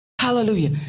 Hallelujah